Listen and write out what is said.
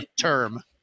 term